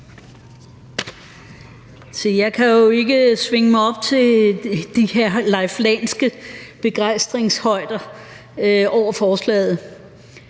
jeg kan jo ikke svinge mig op til de her Leif Lahn Jensenske begejstringshøjder over forslaget,